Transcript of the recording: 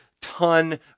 ton